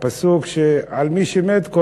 פסוק שקוראים אותו על מי שמת.